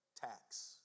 tax